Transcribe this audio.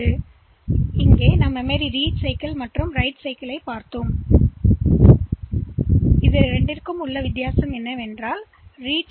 எனவே மெமரிநீங்கள் பார்த்துள்ளீர்கள் வாசிப்பு சைக்கிள் மற்றும் எழுதும் சைக்கிள்யை வித்தியாசம் என்னவென்றால் ஆர்